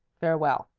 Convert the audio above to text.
farewell.